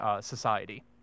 society